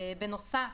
בנוסף,